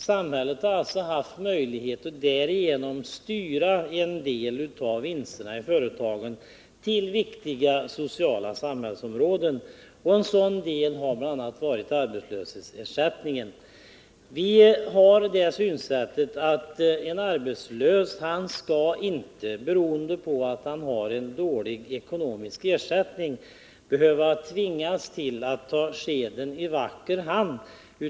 Samhället har alltså haft möjlighet att på denna väg styra en del av vinsterna i företagen över till viktiga sociala områden, och ett av dessa har varit arbetslöshetsersättningen. Vi har det synsättet att en arbetslös inte skall, beroende på att han har en dålig ekonomisk ersättning, behöva tvingas att ta skeden i vacker hand.